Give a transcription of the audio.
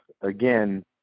again